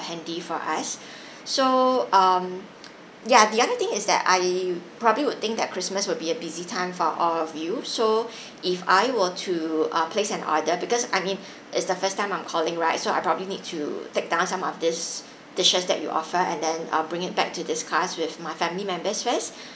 handy for us so um ya the other thing is that I probably would think that christmas will be a busy time for all of you so if I were to err place an order because I mean it's the first time I'm calling right so I probably need to take down some of these dishes that you offer and then I'll bring it back to discuss with my family members first